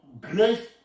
grace